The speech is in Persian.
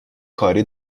کاری